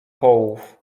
połów